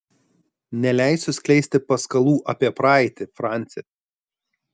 neleisiu skleisti paskalų apie praeitį franci